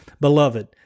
Beloved